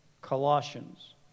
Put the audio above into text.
colossians